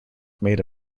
made